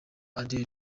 adele